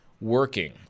working